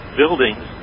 buildings